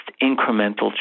incremental